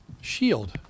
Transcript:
Shield